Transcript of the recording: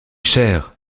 chers